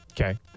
okay